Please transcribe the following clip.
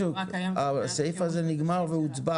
הסעיף הזה הוצבע